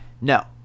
No